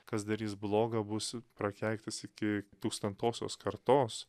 kas darys bloga būsiu prakeiktas iki tūkstantosios kartos